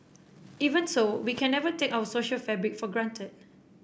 even so we can never take our social fabric for granted